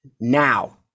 now